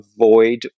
avoid